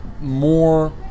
more